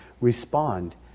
respond